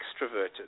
extroverted